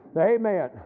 Amen